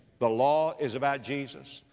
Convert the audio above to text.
the law is about jesus.